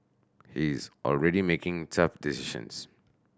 he is already making tough decisions